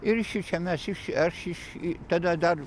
ir šičia mes iš aš iš i tada dar